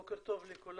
בוקר טוב לכולם.